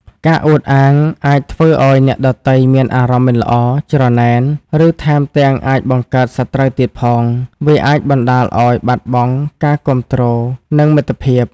ការអួតអាងអាចធ្វើឱ្យអ្នកដទៃមានអារម្មណ៍មិនល្អ ច្រណែន ឬថែមទាំងអាចបង្កើតសត្រូវទៀតផង។ វាអាចបណ្តាលឱ្យបាត់បង់ការគាំទ្រ និងមិត្តភាព។